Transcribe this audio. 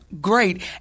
great